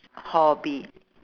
hobby